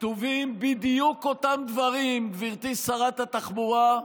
כתובים בדיוק אותם דברים, גברתי שרת התחבורה,